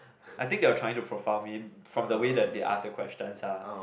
I think they were trying to profile me from the way that they ask the questions ah